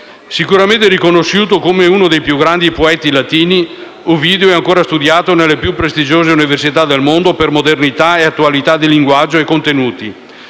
Sicuramente riconosciuto come uno dei più grandi poeti latini, Ovidio è ancora studiato nelle più prestigiose università del mondo per modernità e attualità di linguaggio e contenuti.